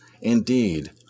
Indeed